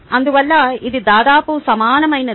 అందువల్ల ఇది దాదాపు సమానమైనది